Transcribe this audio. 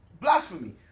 Blasphemy